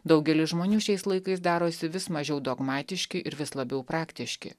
daugelis žmonių šiais laikais darosi vis mažiau dogmatiški ir vis labiau praktiški